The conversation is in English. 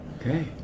Okay